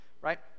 Right